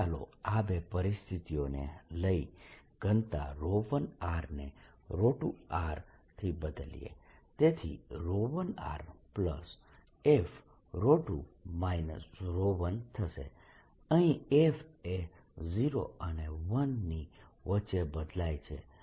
હવે ચાલો આ બે સ્થિતિઓને લઈ ઘનતા 1r ને 2r થી બદલીએ તેથી 1rf2 1થશે અહીં f એ 0 અને 1 ની વચ્ચે બદલાય છે